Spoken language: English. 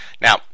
Now